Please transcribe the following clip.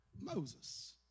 Moses